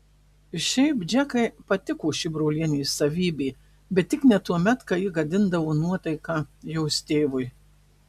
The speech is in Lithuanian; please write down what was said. šiaip džekai patiko ši brolienės savybė bet tik ne tuomet kai ji gadindavo nuotaiką jos tėvui